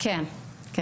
כן,